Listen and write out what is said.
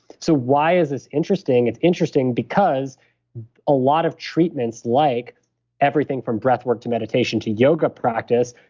so why is this interesting? it's interesting because a lot of treatments, like everything from breath work to meditation, to yoga practice.